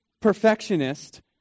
perfectionist